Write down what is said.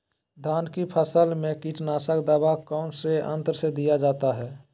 धान की फसल में कीटनाशक दवा कौन सी यंत्र से दिया जाता है?